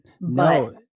No